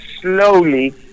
slowly